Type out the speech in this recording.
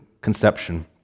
conception